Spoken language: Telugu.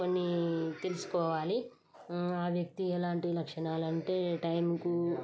కొన్ని తెలుసుకోవాలి ఆ వ్యక్తి ఎలాంటి లక్షణాలంటే టైంకు